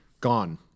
gone